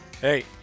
Hey